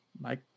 mike